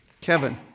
Kevin